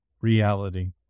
reality